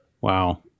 Wow